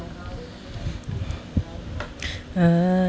uh